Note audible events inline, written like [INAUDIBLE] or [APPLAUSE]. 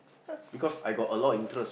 [LAUGHS]